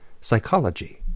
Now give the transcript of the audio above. psychology